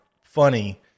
funny